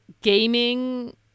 gaming